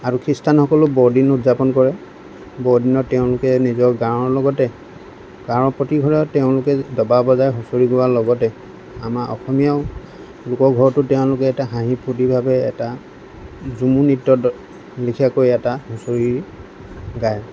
আৰু খ্ৰীষ্টানসকলে বৰদিন উদযাপন কৰে বৰদিনত তেওঁলোকে নিজৰ গাঁৱৰ লগতে গাঁৱৰ প্ৰতি ঘৰত তেওঁলোকে ডবা বজাই হুঁচৰি গোৱাৰ লগতে আমাৰ অসমীয়াও লোকৰ ঘৰতো তেওঁলোকে এটা হাঁহি ফূৰ্তিভাৱে এটা জুমুৰ নৃত্যৰ লেখিয়াকৈ এটা হুঁচৰি গায়